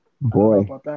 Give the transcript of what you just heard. Boy